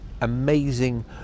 amazing